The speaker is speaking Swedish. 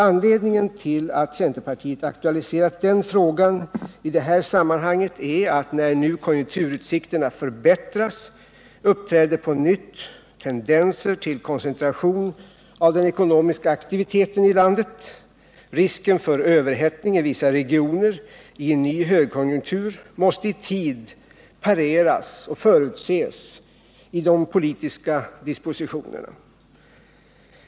Anledningen till att centerpartiet aktualiserat den frågan i detta sammanhang är att när nu konjunkturutsikterna förbättras uppträder på nytt tendenser till koncentration av den ekonomiska aktiviteten i landet. Risken för överhettning i vissa regioner i en ny högkonjunktur måste i tid pareras och förutses i de politiska dispositionerna.